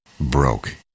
broke